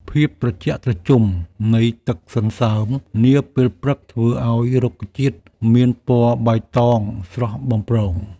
ភាពត្រជាក់ត្រជុំនៃទឹកសន្សើមនាពេលព្រឹក ធ្វើឱ្យរុក្ខជាតិមានពណ៌បៃតងស្រស់បំព្រង។